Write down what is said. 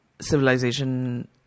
Civilization